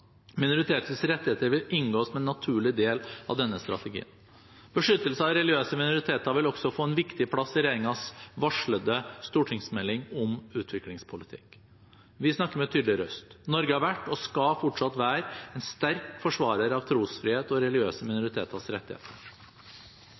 Minoriteters rettigheter vil inngå som en naturlig del av denne strategien. Beskyttelse av religiøse minoriteter vil også få en viktig plass i regjeringens varslede stortingsmelding om utviklingspolitikk. Vi snakker med tydelig røst. Norge har vært, og skal fortsatt være, en sterk forsvarer av trosfrihet og religiøse